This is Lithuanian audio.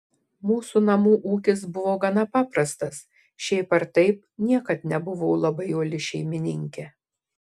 mūsų namų ūkis buvo gana paprastas šiaip ar taip niekad nebuvau labai uoli šeimininkė